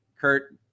Kurt